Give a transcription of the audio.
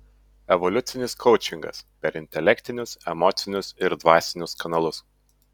evoliucinis koučingas per intelektinius emocinius ir dvasinius kanalus